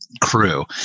crew